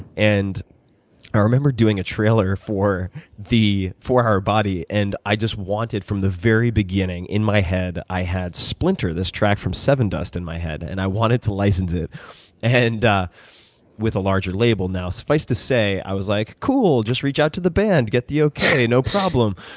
and i remember doing a trailer for the four hour body, and i just wanted, from the very beginning, in my head, i had splinter, this track from sevendust in my head, and i wanted to license it with a larger label. now suffice to say, i was like, cool. just reach out to the band. get the okay, no problem.